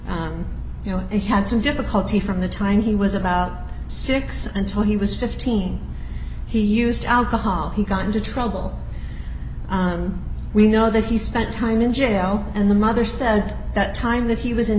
was you know he had some difficulty from the time he was about six and so he was fifteen he used alcohol he got into trouble we know that he spent time in jail and the mother said that time that he was in